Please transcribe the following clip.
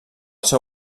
seu